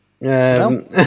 No